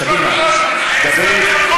קדימה, דוד.